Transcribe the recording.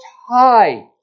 High